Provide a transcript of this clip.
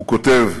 הוא כותב: